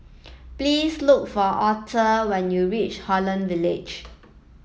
please look for Author when you reach Holland Village